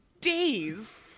days